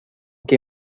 que